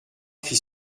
fit